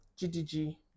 gdg